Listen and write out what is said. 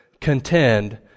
contend